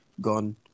gone